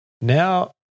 Now